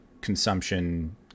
consumption